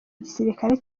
gisirikare